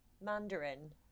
mandarin